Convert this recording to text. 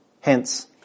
Hence